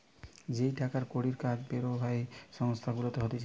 যেই টাকার কড়ির কাজ পেরাইভেট সংস্থা গুলাতে হতিছে